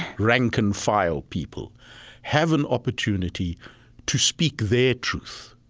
rank-and-file people have an opportunity to speak their truth.